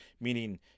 meaning